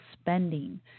spending